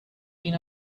been